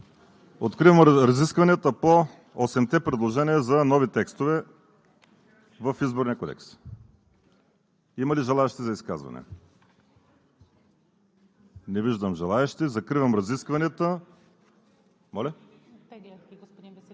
Откривам разискванията по осемте предложения за нови текстове в Изборния кодекс. Има ли желаещи за изказване? Не виждам. Закривам разискванията.